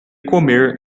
comer